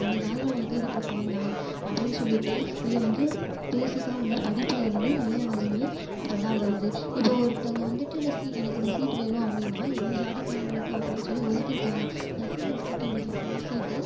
இந்த ஜாதியில் உள்ளவங்களுக்கு இது இப்படி வேணாம் அப்படின்னு சொல்லிட்டு இதை வந்து பேஸிக்காக உள்ள படிப்புலேருந்து மேலே வரையும் அப்படிதான் வருது இப்போ ஒருத்தவங்க வந்துட்டு இந்த சீ எனக்கு இந்த சீட்டு வேணும் அப்படின்னா இந்த ஜாதிக்காரங்களுக்கா அப்படின்னு சொல்லி ஒதுக்கியிருக்காங்க எஸ்சி எஸ்டிக்கு இவ்வளோ ஜா இவ்வளோ சீட்டு